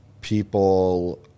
people